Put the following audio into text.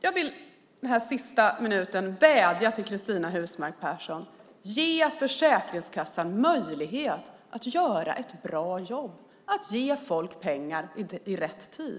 Jag vill under min sista minut av talartiden vädja till Cristina Husmark Pehrsson: Ge Försäkringskassan möjlighet att göra ett bra jobb och att ge människor pengar i rätt tid.